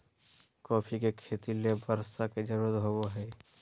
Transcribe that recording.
coffee के खेती ले बर्षा के जरुरत होबो हइ